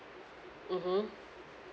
mmhmm